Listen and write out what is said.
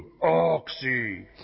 oxy